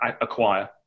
acquire